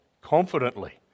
confidently